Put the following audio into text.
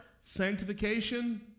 sanctification